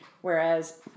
whereas